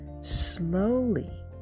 Slowly